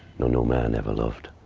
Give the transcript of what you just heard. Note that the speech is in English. nor no man ever lov'd.